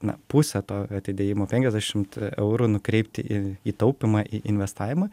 na pusė to atidėjimo penkiasdešimt eurų nukreipti į į taupymą į investavimą